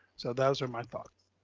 so those are my thoughts.